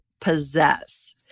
possess